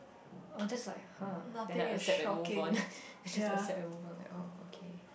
I'll just like !huh! then I accept and move on I just accept and move on like orh okay